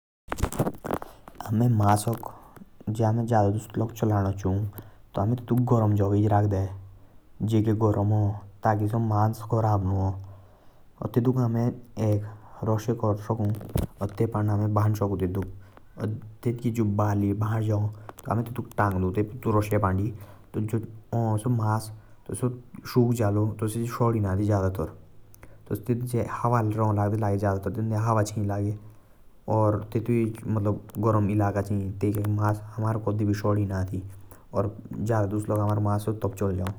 अमे जे मसक जादा दुश लग चालणा चाओ ता तेतुक गरम जगहैच रखड़े। ताकि मस खराब नु ह। तेतुक अमे एक रस्सिया पंड भी तंग सकु।